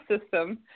system